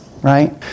Right